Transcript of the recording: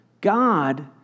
God